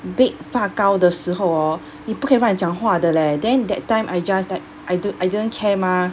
bake 发糕的时候 hor 你不可以乱讲话的 leh then that time I just like I don't I don't care mah